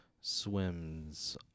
Swims